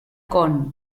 kong